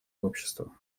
общества